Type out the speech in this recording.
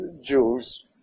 Jews